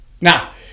Now